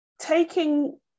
taking